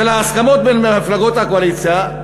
של ההסכמות בין מפלגות הקואליציה,